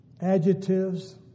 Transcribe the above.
adjectives